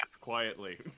quietly